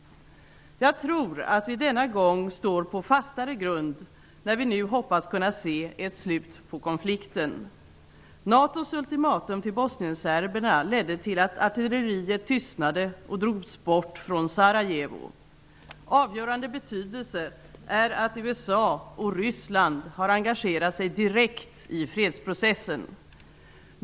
Jag tror att vi denna gång står på en fastare grund när vi nu hoppas kunna se ett slut på konflikten. NATO:s ultimatum till bosnienserberna ledde till att artilleriet tystnade och drogs bort från Sarajevo. Av avgörande betydelse är att USA och Ryssland har engagerat sig direkt i fredsprocessen.